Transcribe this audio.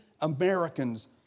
Americans